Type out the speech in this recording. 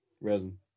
resin